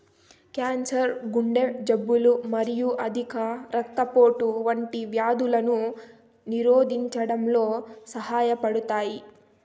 cancer, గుండె జబ్బులు మరియు అధిక రక్తపోటు వంటి వ్యాధులను నిరోధించడంలో సహాయపడతాయి